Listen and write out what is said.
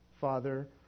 Father